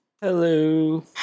Hello